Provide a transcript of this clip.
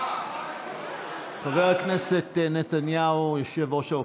חבר הכנסת נתניהו, ראש האופוזיציה,